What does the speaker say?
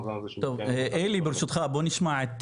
טוב, אלי, ברשותך, בוא נשמע את